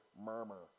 murmur